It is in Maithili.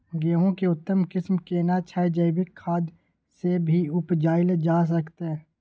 गेहूं के उत्तम किस्म केना छैय जे जैविक खाद से भी उपजायल जा सकते?